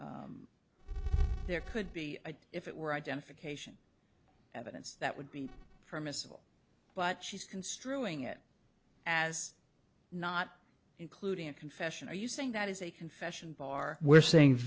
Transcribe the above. that there could be a if it were identification evidence that would be permissible but she's construing it as not including a confession are you saying that is a confession bar we're saying